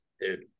dude